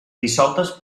dissoltes